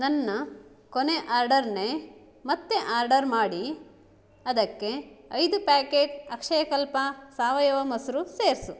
ನನ್ನ ಕೊನೆಯ ಆರ್ಡರನ್ನೇ ಮತ್ತೆ ಆರ್ಡರ್ ಮಾಡಿ ಅದಕ್ಕೆ ಐದು ಪ್ಯಾಕೆಟ್ ಅಕ್ಷಯಕಲ್ಪ ಸಾವಯವ ಮೊಸರು ಸೇರಿಸು